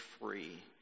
free